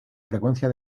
frecuencia